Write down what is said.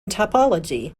topology